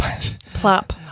plop